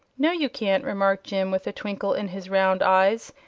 no you can't, remarked jim, with a twinkle in his round eyes.